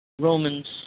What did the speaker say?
Romans